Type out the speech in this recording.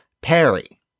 Perry